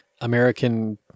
American